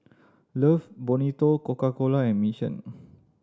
Love Bonito Coca Cola and Mission